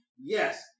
Yes